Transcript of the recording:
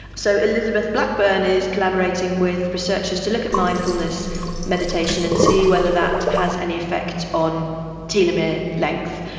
so elizabeth blackburn is collaborating with researchers to look at mindfulness meditation and see whether that has any effect on telomere length.